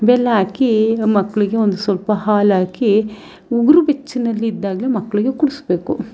ಬೆಲ್ಲ ಹಾಕಿ ಮಕ್ಕಳಿಗೆ ಒಂದು ಸ್ವಲ್ಪ ಹಾಲ್ಹಾಕಿ ಉಗುರು ಬೆಚ್ಚನಲ್ಲಿದ್ದಾಗಲೇ ಮಕ್ಕಳಿಗೆ ಕುಡಿಸ್ಬೇಕು